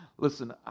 Listen